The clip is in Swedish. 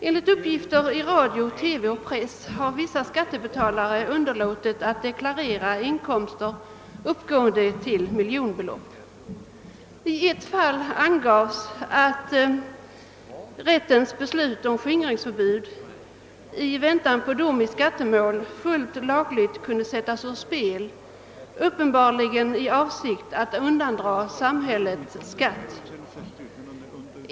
Enligt uppgifter i radio, TV och press har vissa skattebetalare underlåtit att deklarera inkomster uppgående till miljonbelopp. I ett fall angavs att rättens beslut om skingringsförbud i väntan på dom i skattemål fullt lagligt kunde sättas ur spel, uppenbarligen i avsikt att undandra samhället skatt.